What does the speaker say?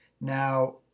Now